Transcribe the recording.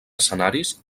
escenaris